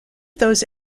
those